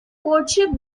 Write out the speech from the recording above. courtship